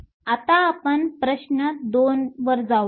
तर आता आपण प्रश्न 2 वर जाऊया